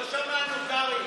לא שמענו, קרעי.